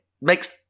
makes